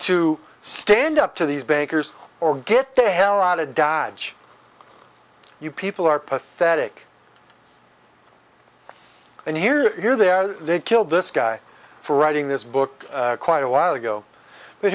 to stand up to these bankers or get the hell out of dodge you people are pathetic and here you are there they killed this guy for writing this book quite a while ago but